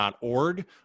org